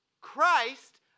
Christ